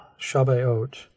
Shabbat